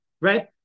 right